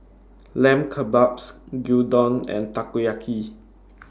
Lamb Kebabs Gyudon and Takoyaki